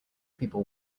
people